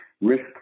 risk